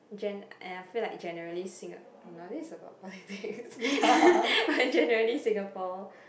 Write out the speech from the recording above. gen~ and I feel like generally Singapore no this is about politics generally Singapore